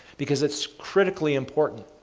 because it's critically important.